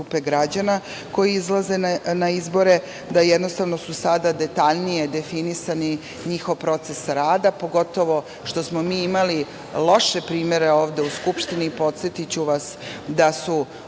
grupe građana koji izlaze na izbore. Sada je detaljnije definisan njihov proces rada, pogotovo što smo imali loše primere ovde u Skupštini. Podsetiću vas da su